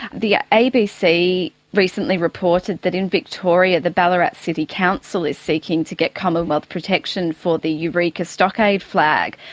the ah abc recently reported that in victoria the ballarat city council is seeking to get commonwealth protection for the eureka stockade flag.